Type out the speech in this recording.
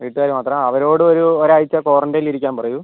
വീട്ടുകാർ മാത്രം അവരോടും ഒരു ഒരാഴ്ച ക്വാറൻറ്റയിനിൽ ഇരിക്കാൻ പറയൂ